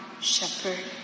shepherd